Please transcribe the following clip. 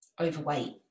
overweight